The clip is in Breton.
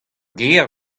gêr